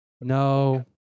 no